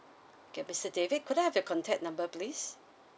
okay mister david could I have your contact number please